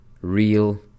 real